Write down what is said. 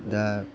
दा